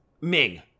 Ming